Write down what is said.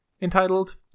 entitled